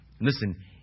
Listen